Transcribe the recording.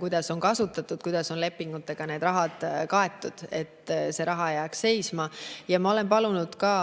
kuidas on kasutatud, kuidas on lepingutega raha kaetud, et see raha ei jääks seisma. Ma olen palunud ka